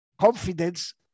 confidence